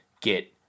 get